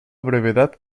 brevedad